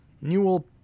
Newell